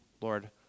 Lord